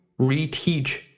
reteach